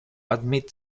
admit